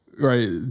right